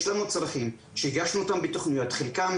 יש לנו צרכים שהגשנו אותם בתוכניות, חלקם